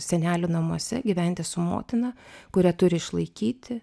senelių namuose gyventi su motina kurią turi išlaikyti